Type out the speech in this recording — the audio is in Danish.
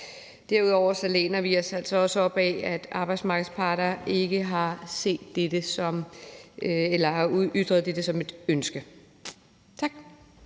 Derudover læner vi os altså også op ad, at arbejdsmarkedets parter ikke har ytret dette som et ønske.